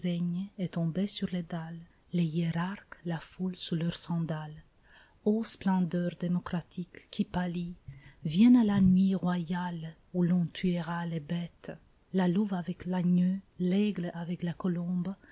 est tombée sur les dalles les hiérarques la foulent sous leurs sandales ô splendeur démocratique qui pâlit vienne la nuit royale où l'on tuera les bêtes la louve avec l'agneau l'aigle avec la colombe